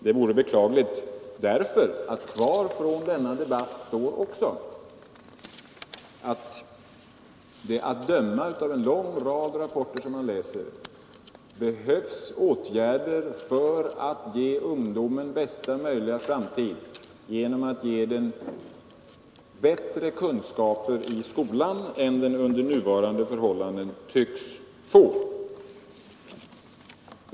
Det vore beklagligt därför att kvar från denna debatt står också att det, att döma av en lång rad rapporter som man läser, behövs åtgärder för att ge ungdomen bästa möjliga framtid genom att ge den bättre kunskaper i skolan än den under nuvarande förhållande tycks få.